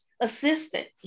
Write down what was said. assistance